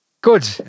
Good